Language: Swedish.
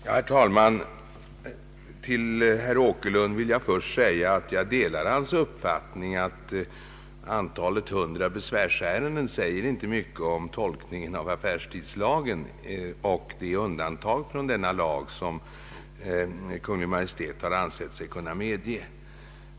Herr talman! Till herr Åkerlund vill jag först säga att jag delar hans uppfattning att antalet 100 besvärsärenden inte säger mycket om tolkningen av affärstidslagen och de undantag från denna lag som Kungl. Maj:t ansett sig kunna medge.